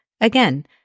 Again